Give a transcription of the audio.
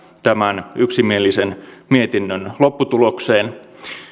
tämän yksimielisen mietinnön lopputulokseen